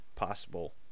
Possible